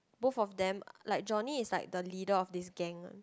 both of them like Johnny is like the leader of this gang